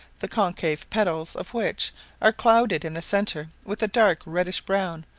the concave petals of which are clouded in the centre with a dark reddish brown,